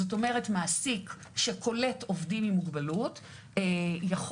זאת אומרת מעסיק שקולט עובדים עם מוגבלות יכול